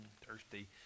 Thirsty